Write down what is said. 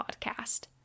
Podcast